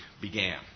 began